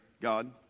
God